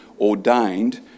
ordained